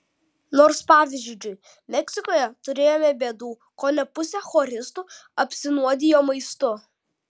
nors pavyzdžiui meksikoje turėjome bėdų kone pusė choristų apsinuodijo maistu